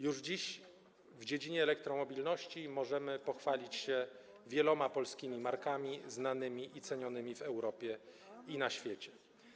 Już dziś w dziedzinie elektromobilności możemy pochwalić się wieloma polskimi markami znanymi i cenionymi w Europie i na świecie.